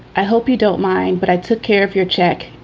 i hope you don't mind, but i took care of your check,